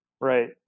Right